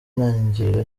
intangiriro